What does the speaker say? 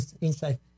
inside